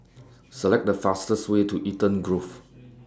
Select The fastest Way to Eden Grove